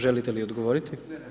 Želite li odgovoriti?